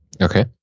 Okay